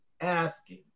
asking